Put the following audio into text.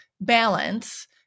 balance